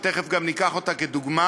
שתכף גם נביא אותה כדוגמה,